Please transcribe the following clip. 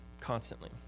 constantly